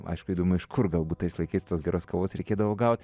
aišku įdomu iš kur galbūt tais laikais tos geros kavos reikėdavo gaut